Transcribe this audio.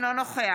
נגד